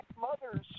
mothers